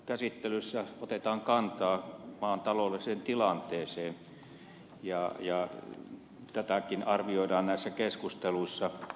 lisätalousarviokäsittelyssä otetaan kantaa maan taloudelliseen tilanteeseen ja tätäkin arvioidaan näissä keskusteluissa